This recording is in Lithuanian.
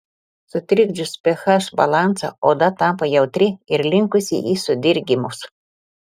sutrikdžius ph balansą oda tampa jautri ir linkusi į sudirgimus